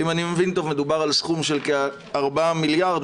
ואם אני מבין טוב מדובר על סכום של כ-4 מיליארד,